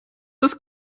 das